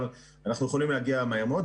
אבל אנחנו יכולים להגיע מהר מאוד.